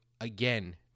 again